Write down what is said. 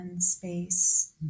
Space